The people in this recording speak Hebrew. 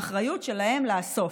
האחריות שלהם לאסוף,